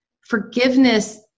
Forgiveness